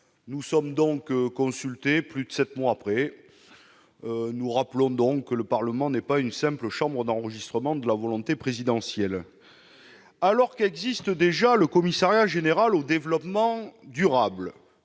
Nous sommes donc consultés plus de sept mois après la décision ... Faut-il rappeler que le Parlement n'est pas une simple chambre d'enregistrement de la volonté présidentielle ? Très bien ! Alors qu'existent déjà le Commissariat général au développement durable,